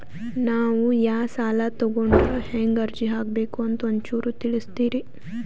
ನಾವು ಯಾ ಸಾಲ ತೊಗೊಂಡ್ರ ಹೆಂಗ ಅರ್ಜಿ ಹಾಕಬೇಕು ಅಂತ ಒಂಚೂರು ತಿಳಿಸ್ತೀರಿ?